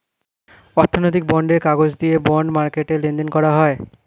অর্থনৈতিক বন্ডের কাগজ দিয়ে বন্ড মার্কেটে লেনদেন করা হয়